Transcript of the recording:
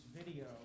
video